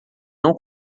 não